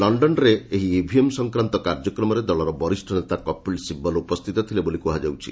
ଲକ୍ଷନରେ ଏହି ଇଭିଏମ୍ ସଂକ୍ରାନ୍ତ କାର୍ଯ୍ୟକ୍ରମରେ ଦଳର ବରିଷ୍ଠ ନେତା କପିଳ ସିବଲ୍ ଉପସ୍ଥିତ ଥିଲେ ବୋଲି କୁହାଯାଉଛି